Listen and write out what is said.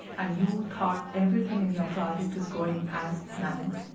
and you thought everything in your project was going as planned.